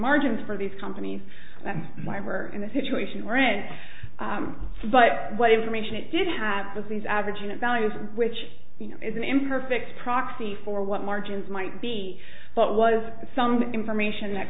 margins for these companies that's why we are in a situation where it but what information it did have was these average and it values which is an imperfect proxy for what margins might be but was some information that